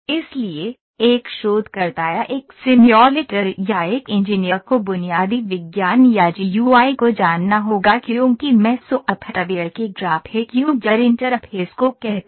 इसलिए एक शोधकर्ता या एक सिम्युलेटर या एक इंजीनियर को बुनियादी विज्ञान या जीयूआई को जानना होगा क्योंकि मैं सॉफ्टवेयर के ग्राफिक यूजर इंटरफेस को कहता हूं